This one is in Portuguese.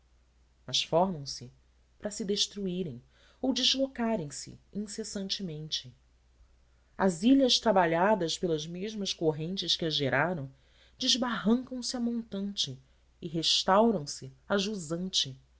mas formam se para se destruírem ou deslocarem se incessantemente as ilhas trabalhadas pelas mesmas correntes que as geraram desbarrancam se a montante e restauram se a jusante